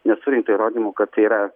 nesurinkta įrodymų kad tai yra